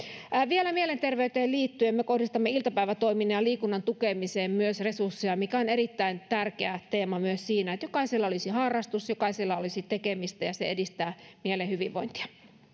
vielä mielenterveyteen liittyen me kohdistamme iltapäivätoiminnan ja liikunnan tukemiseen myös resursseja mikä on erittäin tärkeä teema myös siinä että jokaisella olisi harrastus jokaisella olisi tekemistä se edistää mielen hyvinvointia